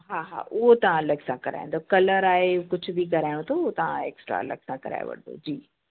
हा हा उहो तव्हां अलॻि सां कराईंदव कलर आहे कुझु बि कराइणो अथव उहो तव्हां एक्स्ट्रा अलॻि सां कराए वठिजो जी